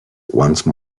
once